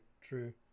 true